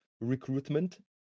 recruitment